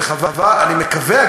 אני מקווה,